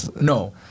no